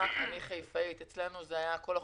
שיהיה איזון,